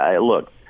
look